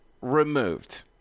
removed